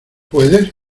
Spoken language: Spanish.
puedes